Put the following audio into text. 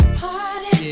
party